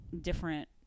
different